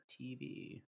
TV